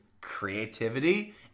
Creativity